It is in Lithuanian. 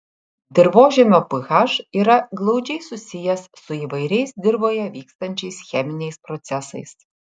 dirvožemio ph yra glaudžiai susijęs su įvairiais dirvoje vykstančiais cheminiais procesais